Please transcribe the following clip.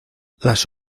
las